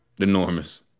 Enormous